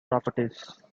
properties